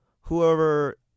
whoever